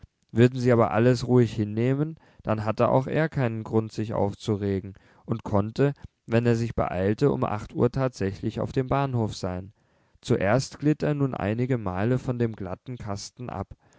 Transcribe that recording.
würden sie aber alles ruhig hinnehmen dann hatte auch er keinen grund sich aufzuregen und konnte wenn er sich beeilte um acht uhr tatsächlich auf dem bahnhof sein zuerst glitt er nun einige male von dem glatten kasten ab